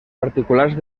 particulars